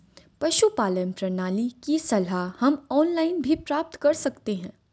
पशुपालन प्रणाली की सलाह हम ऑनलाइन भी प्राप्त कर सकते हैं